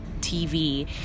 tv